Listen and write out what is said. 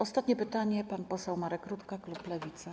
Ostatnie pytanie, pan poseł Marek Rutka, klub Lewica.